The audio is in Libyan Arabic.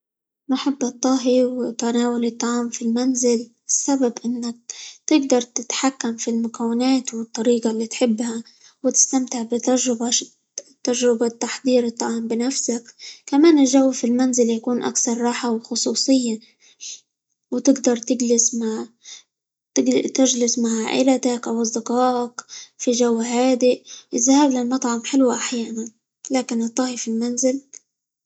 نحب الطهي، وتناول الطعام في المنزل؛ السبب إنك تقدر تتحكم في المكونات، والطريقة اللي تحبها، وتستمتع -بتجربة ش- بتجربة تحضير الطعام بنفسك، كمان الجو في المنزل يكون أكتر راحة، وخصوصية، وتقدر -تجلس مع - تجلس مع عائلتك، أو أصدقائك في جو هادئ، الذهاب إلى مطعم حلو أحيانا، لكن الطهي في المنزل.